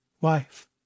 wife